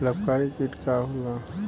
लाभकारी कीट का होला?